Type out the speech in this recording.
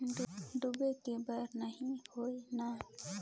डूबे के बर नहीं होही न?